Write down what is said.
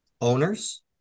owners